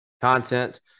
content